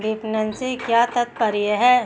विपणन से क्या तात्पर्य है?